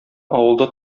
авылда